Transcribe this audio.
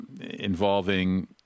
involving